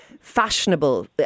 fashionable